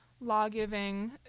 law-giving